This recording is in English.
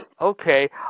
okay